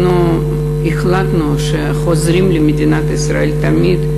אנחנו החלטנו שחוזרים למדינת ישראל תמיד,